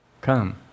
Come